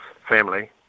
family